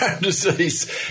disease